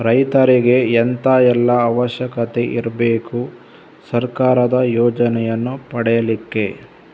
ರೈತರಿಗೆ ಎಂತ ಎಲ್ಲಾ ಅವಶ್ಯಕತೆ ಇರ್ಬೇಕು ಸರ್ಕಾರದ ಯೋಜನೆಯನ್ನು ಪಡೆಲಿಕ್ಕೆ?